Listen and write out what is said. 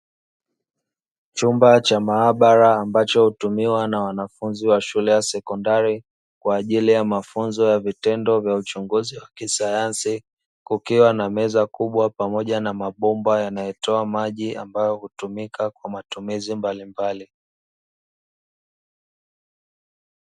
Chumba cha maabara, ambacho hutumiwa na wanafunzi wa shule ya sekondari kwa ajili ya mafunzo ya vitendo vya uchunguzi wa kisayansi, kukiwa na meza kubwa pamoja na mabomba yanayotoa maji ambayo hutumika kwa matumizi mbalimbali.